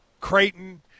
Creighton